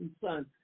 son